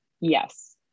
Yes